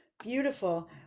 beautiful